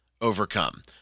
overcome